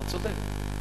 אתה צודק.